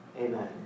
Amen